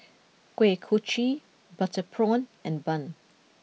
Kuih Kochi Butter Prawn and Bun